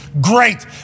great